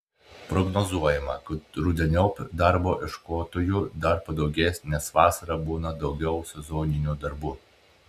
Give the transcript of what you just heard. prognozuojama kad rudeniop darbo ieškotojų dar padaugės nes vasarą būna daugiau sezoninių darbų